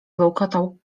bełkotał